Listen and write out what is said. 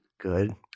Good